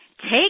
Take